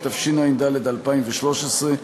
התשע"ד 2013,